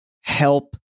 help